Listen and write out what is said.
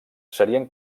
serien